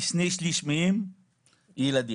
כי בואו, בסוף צריך לעשות את הדברים האלה.